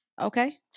Okay